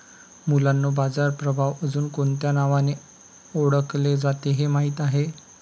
मुलांनो बाजार प्रभाव अजुन कोणत्या नावाने ओढकले जाते हे माहित आहे?